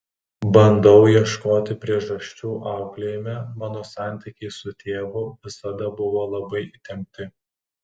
bandau ieškoti priežasčių auklėjime mano santykiai su tėvu visada buvo labai įtempti